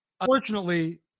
unfortunately